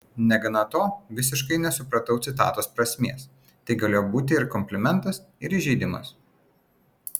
negana to visiškai nesupratau citatos prasmės tai galėjo būti ir komplimentas ir įžeidimas